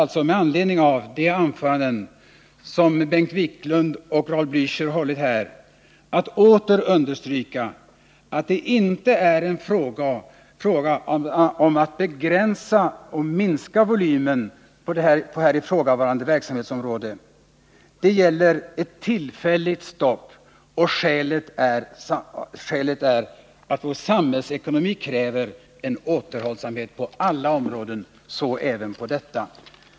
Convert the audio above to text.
Mot bakgrund av de anföranden som Bengt Wiklund och Raul Blächer hållit finns det anledning att åter understryka att det inte är fråga om att begränsa eller minska volymen på här ifrågavarande verksamhetsområden. Det gäller ett tillfälligt stopp, och skälet till detta är att vår samhällsekonomi kräver en återhållsamhet på alla områden, så även på detta.